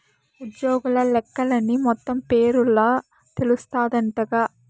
ఉజ్జోగుల లెక్కలన్నీ మొత్తం పేరోల్ల తెలస్తాందంటగా